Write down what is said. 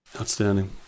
outstanding